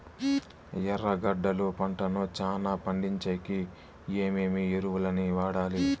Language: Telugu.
ఎర్రగడ్డలు పంటను చానా పండించేకి ఏమేమి ఎరువులని వాడాలి?